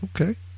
okay